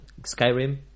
Skyrim